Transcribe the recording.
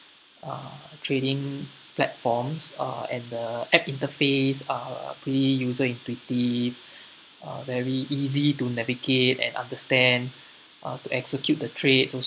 uh trading platforms uh and the app interface are pretty user intuitive uh very easy to navigate and understand uh to execute the trades